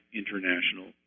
international